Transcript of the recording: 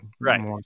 right